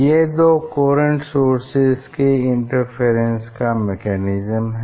यह दो coherent sources के इंटरफेरेंस का मैकेनिज्म है